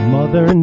Mother